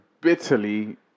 bitterly